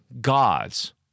gods